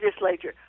legislature